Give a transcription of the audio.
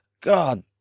god